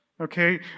Okay